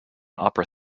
opera